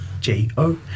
J-O